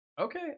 Okay